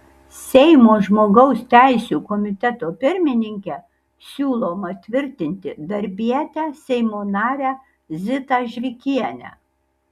seimo žmogaus teisių komiteto pirmininke siūloma tvirtinti darbietę seimo narę zitą žvikienę